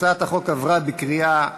הצעת החוק עברה בקריאה שנייה.